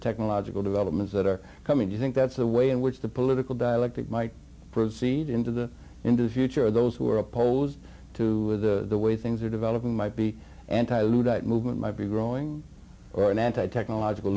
developments that are coming you think that's the way in which the political dialectic might proceed into the into the future of those who are opposed to the way things are developing might be entitled to that movement might be growing or an anti technological